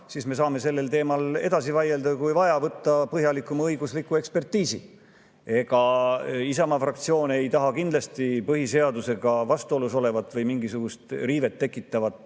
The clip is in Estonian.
siis me saame sellel teemal edasi vaielda ja kui vaja, [lasta teha] põhjalikuma õigusliku ekspertiisi. Isamaa fraktsioon ei taha kindlasti põhiseadusega vastuolus olevat või mingisugust riivet tekitavat